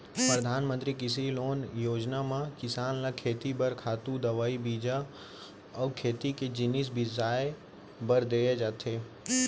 परधानमंतरी कृषि लोन योजना म किसान ल खेती बर खातू, दवई, बीजा अउ खेती के जिनिस बिसाए बर दे जाथे